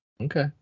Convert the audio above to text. Okay